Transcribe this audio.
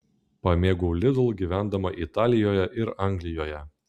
pamėgau lidl gyvendama italijoje ir anglijoje